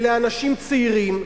אלה אנשים צעירים,